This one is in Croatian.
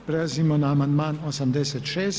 Prelazimo na amandman 86.